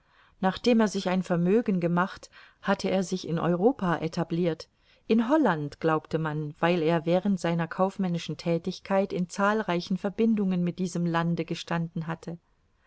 nachdem er sich ein vermögen gemacht hatte er sich in europa etablirt in holland glaubte man weil er während seiner kaufmännischen thätigkeit in zahlreichen verbindungen mit diesem lande gestanden hatte